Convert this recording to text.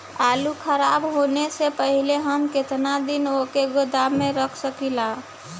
आलूखराब होने से पहले हम केतना दिन वोके गोदाम में रख सकिला?